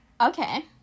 Okay